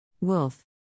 Wolf